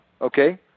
okay